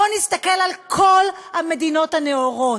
בואו נסתכל על כל המדינות הנאורות.